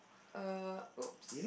uh !oops!